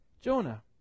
Jonah